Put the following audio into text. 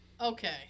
Okay